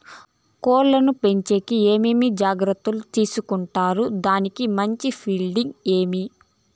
కోళ్ల పెంచేకి ఏమేమి జాగ్రత్తలు తీసుకొంటారు? దానికి మంచి ఫీడింగ్ ఏమి?